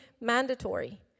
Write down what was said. mandatory